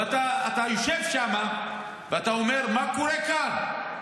ואתה יושב שם ואתה אומר: מה קורה כאן?